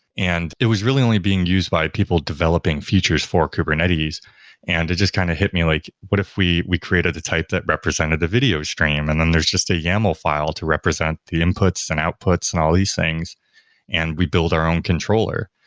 it was really only being used by people developing features for kubernetes and it just kind of hit me like, what if we we created the type that represented the video stream and then there's just a yaml file to represent the inputs and outputs and all these things and we build our own controller?